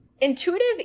Intuitive